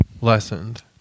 lessened